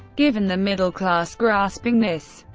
given the middle class's grasping this,